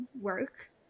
work